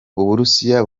uburusiya